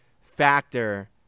factor